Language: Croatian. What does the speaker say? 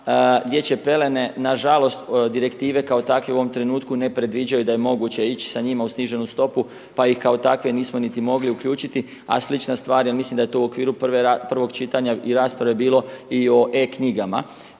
Dječje pelene na žalost direktive kao takve u ovom trenutku ne predviđaju da je moguće ići sa njima u sniženu stopu pa ih kao takve nismo niti mogli uključiti, a slična stvar jer mislim da je to u okviru prvog čitanja i rasprave bilo i o e-knjigama.